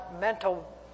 mental